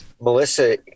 Melissa